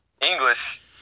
English